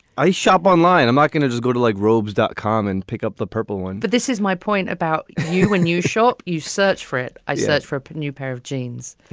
i shop online. am i going to just go to like robes, dot com and pick up the purple one? but this is my point about you. when you shop, you search for it. i search for a new pair of jeans,